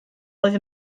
oedd